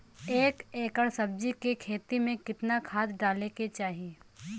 एक एकड़ सब्जी के खेती में कितना खाद डाले के चाही?